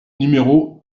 numéro